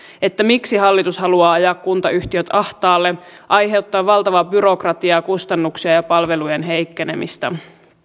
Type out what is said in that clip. että miksi hallitus haluaa ajaa kuntayhtiöt ahtaalle aiheuttaa valtavaa byrokratiaa kustannuksia ja palvelujen heikkenemistä